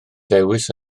ddewis